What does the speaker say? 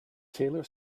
taylor